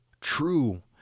true